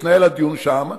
יתנהל הדיון שם.